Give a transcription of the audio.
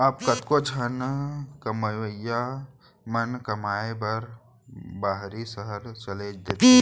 अब कतको झन कमवइया मन कमाए खाए बर बाहिर सहर चल देथे